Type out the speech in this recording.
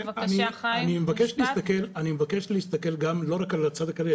אני מבקש להסתכל לא רק על הצד הכלכלי,